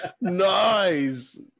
Nice